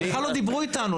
בכלל לא דיברו איתנו.